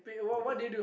never